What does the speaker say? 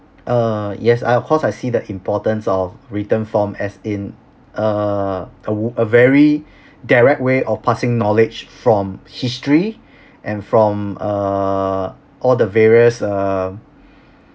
uh yes I of course I see the importance of written form as in err a v~ a very direct way of passing knowledge from history and from err all the various err